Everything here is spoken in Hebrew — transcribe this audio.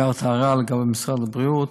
הערת הערה לגבי משרד הבריאות: